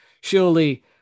surely